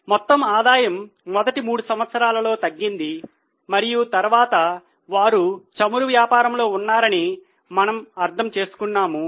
మొత్తం ఆదాయం మొదటి 3 సంవత్సరాలలో తగ్గింది మరియు తరువాత వారు చమురు వ్యాపారంలో ఉన్నారని మనము అర్థం చేసుకున్నాము